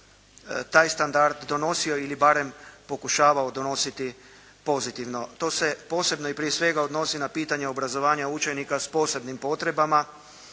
taj standard donosio ili barem pokušavao donositi pozitivno. To se posebno i prije svega odnosi na pitanje obrazovanja učenika s posebnim potrebama,